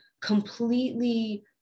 completely